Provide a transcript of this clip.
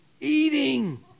eating